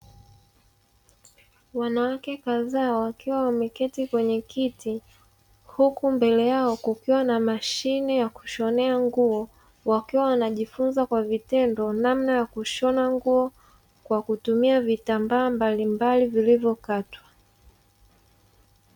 Wanawake kadhaa wakiwa wameketi kwenye kiti, huku mbele yao kukiwa na mashine ya kushonea nguo, wakiwa wanajifunza kwa vitendo namna ya kushona nguo, kwa kutumia vitambaa mbalimbali vilivyokatwa.